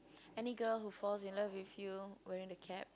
any girl who falls in love with you wearing the cap